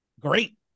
Great